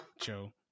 Joe